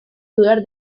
dudar